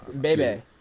baby